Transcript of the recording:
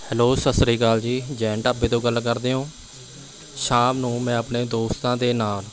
hello Sat Sri Akal ji Jain ਢਾਬੇ ਤੋਂ ਗੱਲ ਕਰਦੇ ਹੋਂ ਸ਼ਾਮ ਨੂੰ ਮੈਂ ਆਪਣੇ ਦੋਸਤਾਂ ਦੇ ਨਾਲ